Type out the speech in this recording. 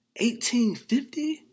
1850